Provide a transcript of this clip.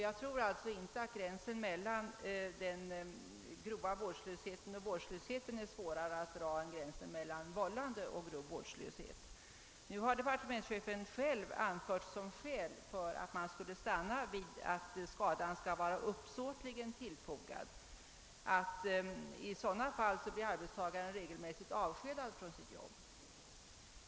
Jag tror alltså inte att gränsen mellan grov vårdslöshet och vårdslöshet är svårare att dra än gränsen mellan uppsåt och grov vårdslöshet. Departementschefen har själv anfört som skäl för att man stannar vid att skadan skall vara uppsåtligen tillfogad, att i sådana fall blir arbetstagaren regelmässigt avskedad från sitt jobb.